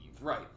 Right